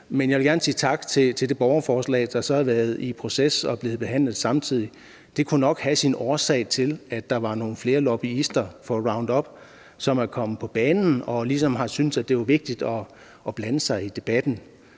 Men jeg vil gerne sige tak for det borgerforslag, der så har været i proces og er blevet behandlet samtidig, for det kunne nok have sin årsag i, at der var nogle flere lobbyister for Roundup, som er kommet på banen og ligesom har syntes, at det var vigtigt at blande sig i debatten.